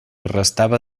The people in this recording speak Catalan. restava